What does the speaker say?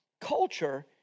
culture